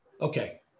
okay